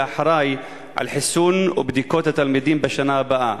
אחראי לחיסון ולבדיקות של התלמידים בשנה הבאה.